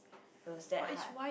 it was that hard